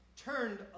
turned